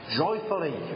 joyfully